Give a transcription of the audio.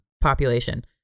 population